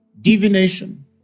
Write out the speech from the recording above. divination